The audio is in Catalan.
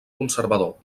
conservador